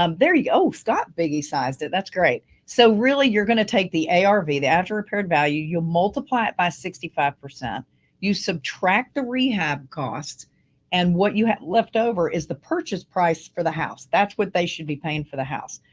um there you go. scott biggie sized it. that's great. so really, you're going to take the arv. the the after repaired value, you'll multiply it by sixty five. you subtract the rehab costs and what you have leftover is the purchase price for the house. that's what they should be paying for the house.